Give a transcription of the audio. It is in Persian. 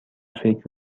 فکر